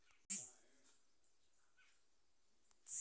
हम कइसे जांच करब की सामाजिक सहायता करे खातिर योग्य बानी?